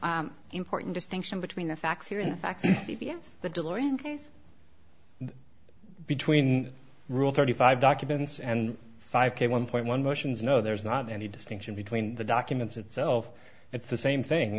no important distinction between the facts here in fact c b s the delorean between rule thirty five documents and five k one point one versions no there's not any distinction between the documents itself it's the same thing